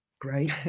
Great